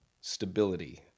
stability